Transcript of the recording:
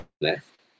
left